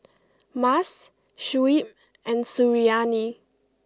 Mas Shuib and Suriani